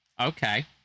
okay